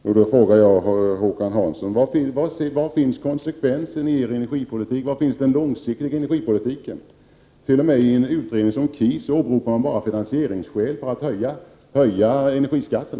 Jag frågar nu Håkan Hansson: Var finns konsekvensen i er energipolitik? Var finns den långsiktiga energipolitiken? T.o.m. i en utredning som KIS åberopar ni bara finansieringsskäl för att höja energiskatten.